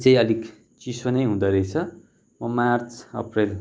चाहिँ अलिक चिसो नै हुँदो रहेछ म मार्च अप्रेल